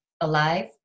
alive